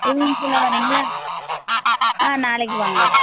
ஈவ்னிங்குள்ளே வர்றீங்களா ஆ நாளைக்கு வாங்க